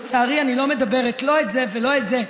לצערי, אני לא מדברת לא את זה ולא את זה.